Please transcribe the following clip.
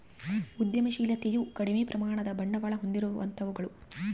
ಉದ್ಯಮಶಿಲತೆಯು ಕಡಿಮೆ ಪ್ರಮಾಣದ ಬಂಡವಾಳ ಹೊಂದಿರುವಂತವುಗಳು